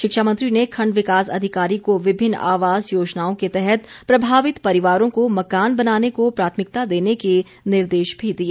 शिक्षा मंत्री ने खंड विकास अधिकारी को विभिन्न आवास योजनाओं के तहत प्रभावित परिवारों को मकान बनाने को प्राथमिकता देने के निर्देश भी दिए